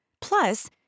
Plus